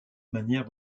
manière